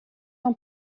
ans